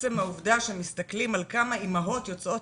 עצם העובדה שמסתכלים על כמה אימהות יוצאות